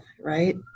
right